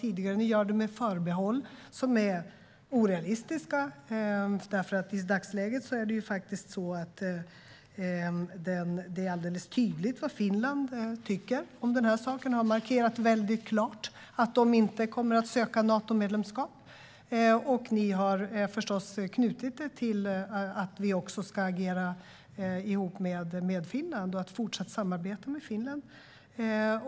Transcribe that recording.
Ni har gjort det med förbehåll som är orealistiska; i dagsläget är det alldeles tydligt vad Finland tycker om den här saken. De har markerat väldigt klart att de inte kommer att söka Natomedlemskap. Ni har förstås knutit det till att vi ska agera ihop med Finland och ha ett fortsatt samarbete med Finland.